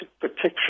protection